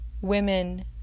women